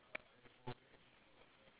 three white one